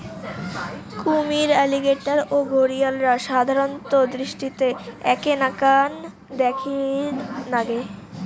কুমীর, অ্যালিগেটর ও ঘরিয়ালরা সাধারণত দৃষ্টিতে এ্যাকে নাকান দ্যাখির নাগে